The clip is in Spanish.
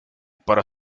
para